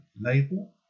Label